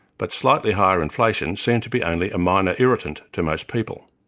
but slightly higher inflation seemed to be only a minor irritant to most people.